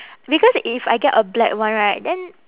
because if I get a black one right then